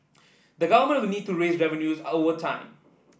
the Government will need to raise revenues over time